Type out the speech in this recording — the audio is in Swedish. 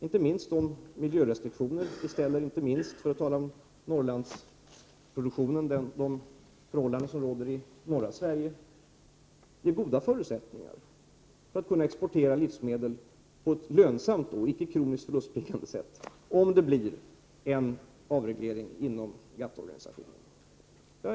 Inte minst våra miljörestriktioner, Norrlandsproduktionen och de förhållanden som råder i norra Sverige ger goda förutsättningar för export av livsmedel på ett lönsamt och icke kroniskt förlustbringande sätt, om det blir en avreglering inom GATT-organisationen.